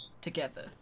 together